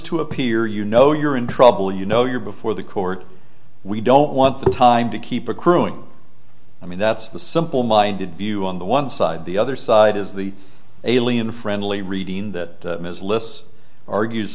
to appear you know you're in trouble you know you're before the court we don't want the time to keep accruing i mean that's the simple minded view on the one side the other side is the alien friendly reading that ms lewis argues